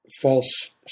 false